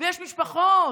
ויש משפחות